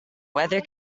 weather